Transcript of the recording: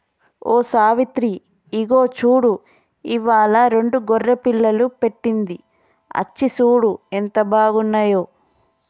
ఓ సావిత్రి ఇగో చూడు ఇవ్వాలా రెండు గొర్రె పిల్లలు పెట్టింది అచ్చి సూడు ఎంత బాగున్నాయో